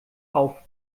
auf